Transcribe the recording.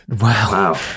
Wow